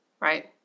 right